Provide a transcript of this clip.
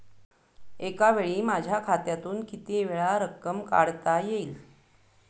एकावेळी माझ्या खात्यातून कितीवेळा रक्कम काढता येईल?